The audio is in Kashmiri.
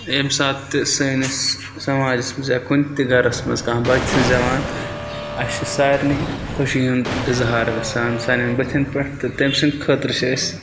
ییٚمہِ ساتہٕ تہِ سٲنِس سماجَس منٛز یا کُنہِ تہِ گَرَس منٛز کانٛہہ بَچہِ چھُ زٮ۪وان اَسہِ چھِ سارنیے خوشی ہُنٛد اِظہار گژھان سانٮ۪ن بٔتھن پٮ۪ٹھ تہٕ تٔمۍ سٕنٛدِ خٲطرٕ چھِ أسۍ